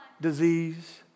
disease